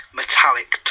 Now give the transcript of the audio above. metallic